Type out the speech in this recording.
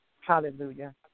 Hallelujah